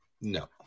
no